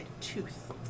tooth